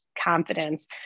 confidence